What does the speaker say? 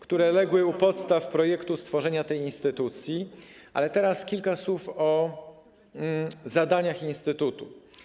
które legły u podstaw projektu stworzenia tej instytucji, ale teraz kilka słów o zadaniach instytutu.